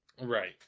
Right